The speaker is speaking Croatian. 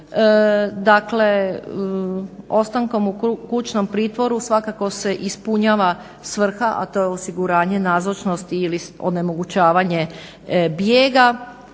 Dakle, ostankom u kućnom pritvoru svakako se ispunjava svrha, a to je osiguranje nazočnosti ili onemogućavanje bijega,